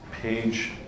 Page